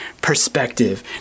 perspective